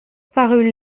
parut